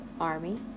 Army